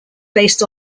based